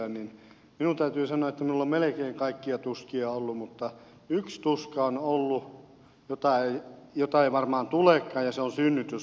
minun täytyy sanoa että minulla on melkein kaikkia tuskia ollut mutta yksi tuska on jota ei varmaan tulekaan ja se on synnytystuska